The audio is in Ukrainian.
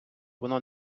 воно